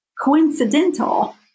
coincidental